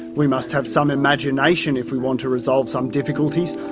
we must have some imagination if we want to resolve some difficulties,